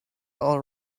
all